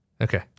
Okay